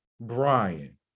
Brian